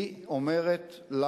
היא אומרת לנו: